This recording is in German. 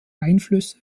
einflüsse